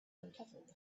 uncovered